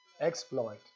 exploit